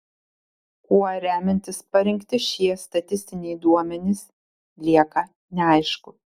kuo remiantis parinkti šie statistiniai duomenys lieka neaišku